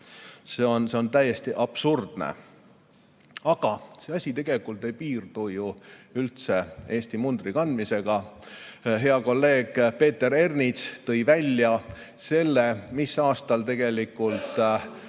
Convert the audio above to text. See on täiesti absurdne. Aga see asi tegelikult ei piirdu ju üldse Eesti mundri kandmisega. Hea kolleeg Peeter Ernits tõi välja, mis aastal tegelikult